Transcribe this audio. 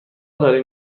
داریم